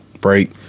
break